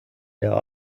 der